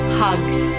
hugs